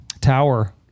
tower